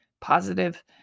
positive